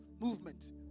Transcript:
movement